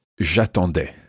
j'attendais